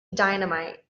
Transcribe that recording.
dynamite